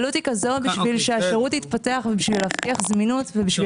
בשביל שהשירות יתפתח ובשביל להבטיח זמינות ובשביל